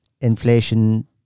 inflation